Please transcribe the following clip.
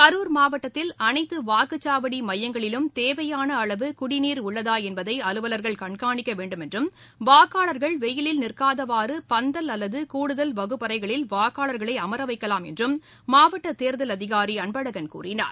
கரூர் மாவட்டத்தில் அனைத்து வாக்குச்சாவடி மையங்களிலும் தேவையான அளவு குடநீர் உள்ளதா என்பதை அலுவலர்கள் கண்காணிக்க வேண்டும் என்றும் வாக்காளர்கள் வெயிலில் நிற்காதவாறு பந்தல் அல்லது கூடுதல் வகுப்பறைகளில் வாக்காளர்களை அமர வைக்கலாம் என்றும் மாவட்ட தேர்தல் அதிகாரி அன்பழகன் கூறினார்